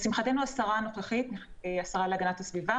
לשמחתנו, השרה להגנת הסביבה